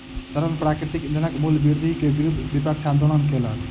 तरल प्राकृतिक ईंधनक मूल्य वृद्धि के विरुद्ध विपक्ष आंदोलन केलक